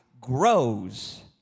grows